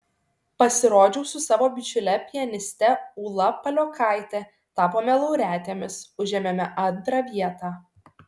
pasirodžiau su savo bičiule pianiste ūla paliokaite tapome laureatėmis užėmėme antrą vietą